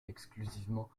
exclusivement